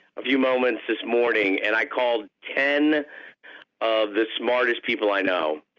a few moments this morning and i called ten of the smartest people i know,